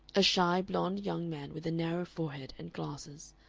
a shy, blond young man with a narrow forehead and glasses,